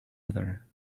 other